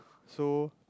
so